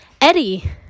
eddie